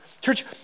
Church